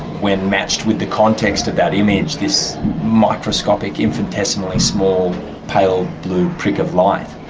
when matched with the context of that image, this microscopic infinitesimally small pale blue prick of light